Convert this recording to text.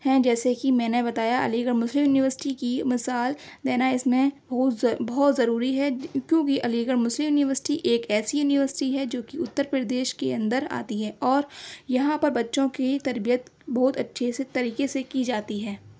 ہیں جیسے کہ میں نے بتایا علی گڑھ مسلم یونیوسٹی کی مثال دینا اس میں بہت ضروری ہے کیوں کہ علی گڑھ مسلم یونیوسٹی ایک ایسی یونیوسٹی ہے جو کہ اتر پردیش کے اندر آتی ہے اور یہاں پر بچوں کی تربیت بہت اچھے سے طریقے سے کی جاتی ہے